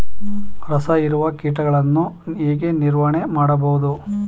ರಸ ಹೀರುವ ಕೀಟಗಳನ್ನು ಹೇಗೆ ನಿರ್ವಹಣೆ ಮಾಡಬಹುದು?